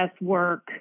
work